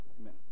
Amen